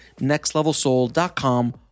nextlevelsoul.com